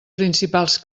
principals